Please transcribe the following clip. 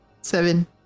Seven